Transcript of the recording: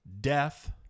death